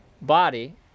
body